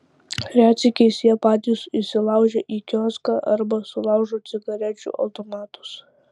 retsykiais jie patys įsilaužia į kioską arba sulaužo cigarečių automatus